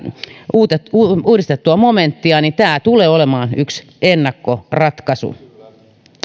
uudistettua momenttia tämä tulee olemaan yksi ennakkoratkaisu